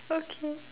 okay